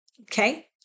okay